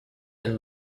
and